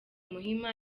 muhima